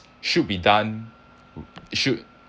should be done should